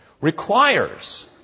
requires